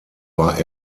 war